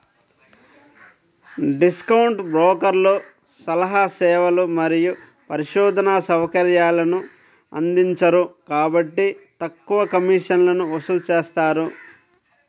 discount బ్రోకర్లు సలహా సేవలు మరియు పరిశోధనా సౌకర్యాలను అందించరు కాబట్టి తక్కువ కమిషన్లను వసూలు చేస్తారు